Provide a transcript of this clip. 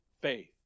faith